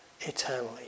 eternally